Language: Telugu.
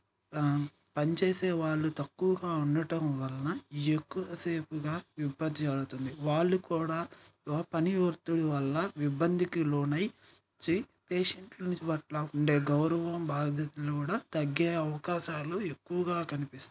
పనిచేసే వాళ్ళు తక్కువగా ఉండటం వలన ఎక్కువసేపు విపత్తి జరుగుతుంది వాళ్ళు కూడా పని ఒత్తిడి వల్ల ఇబ్బందికి లోనై పేషెంట్లు పట్ల ఉండే గౌరవం బాధ్యతలు కూడా తగ్గే అవకాశాలు ఎక్కువగా కనిపిస్తాయి